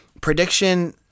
prediction